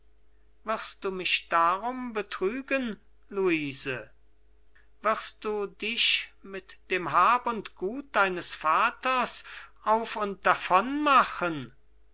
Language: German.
anlegten wirst du mich darum betrügen luise wirst du dich mit dem hab und gut deines vaters auf und